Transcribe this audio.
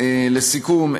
לסיכום,